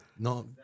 No